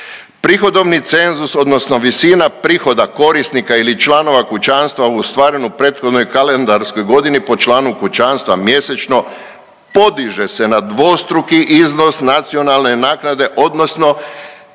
Prihodovni cenzus, odnosno visina prihoda korisnika ili članova kućanstva u ostvarenu prethodnoj kalendarskoj godini po članu kućanstva mjesečno podiže se na dvostruki iznos nacionalne naknade, odnosno